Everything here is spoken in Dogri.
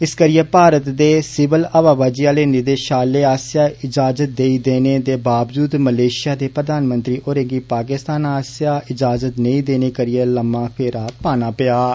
इस्से करिये भारत दे सिविल हवाबाजी आले निदेषालय आस्सेआ इजाज़त देई देने दे बावजूद मलेषिया दे प्रधानमंत्री होरें गी पाकिस्तान आस्सेआ इजाज़त नेईं देने करियै लम्मा फेरा पाना पेआ हा